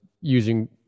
using